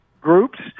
groups